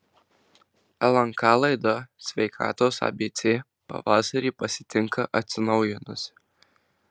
lnk laida sveikatos abc pavasarį pasitinka atsinaujinusi